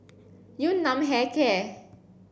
Yun Nam Hair Care